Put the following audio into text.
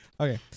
Okay